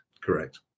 Correct